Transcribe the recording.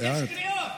יש קריאות.